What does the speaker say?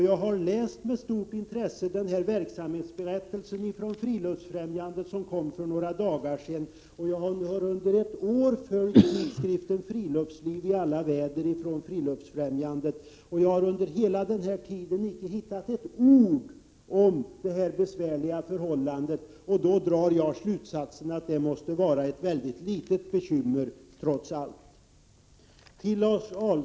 Jag har med stort intresse läst verksamhetsberättelsen från Friluftsfrämjandet, som kom för några dagar sedan, och jag har under året följt tidskriften I alla väder från Friluftsfrämjandet. Under hela denna tid har jag icke hittat ett ord om detta besvärliga förhållande, och därför drar jag den slutsatsen att det trots allt måste vara ett väldigt litet bekymmer.